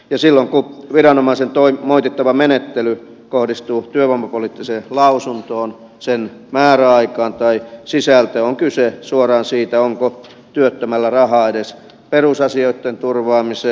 silloin kun viranomaisen moitittava menettely kohdistuu työvoimapoliittiseen lausuntoon sen määräaikaan tai sisältöön on kyse suoraan siitä onko työttömällä rahaa edes perusasioitten turvaamiseen